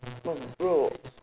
not bro